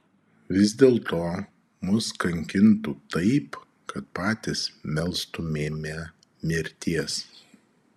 vis dėlto mus kankintų taip kad patys melstumėme mirties